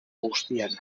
guztian